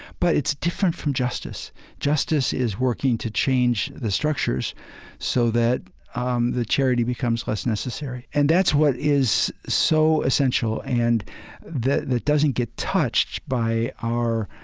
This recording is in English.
but it's different from justice justice is working to change the structures so that um the charity becomes less necessary. and that's what is so essential and that that doesn't get touched by